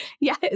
Yes